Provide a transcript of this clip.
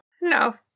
no